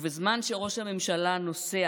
ובזמן שראש הממשלה נוסע